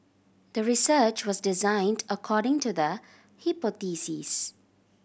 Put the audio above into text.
the research was designed according to the hypothesis